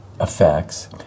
effects